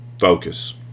Focus